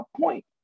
point